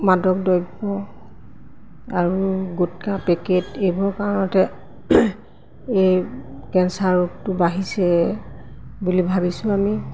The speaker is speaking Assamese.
মাদক দ্ৰব্য আৰু গোটকা পেকেট এইবোৰ কাৰণতে এই কেঞ্চাৰ ৰোগটো বাঢ়িছে বুলি ভাবিছোঁ আমি